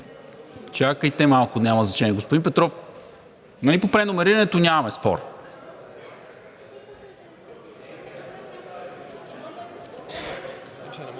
Чакайте малко, няма значение. Господин Петров, нали по преномерирането нямаме спор?